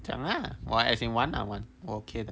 讲 lah 我 as in 玩啊玩我 okay 的